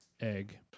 Egg